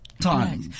time